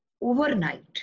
overnight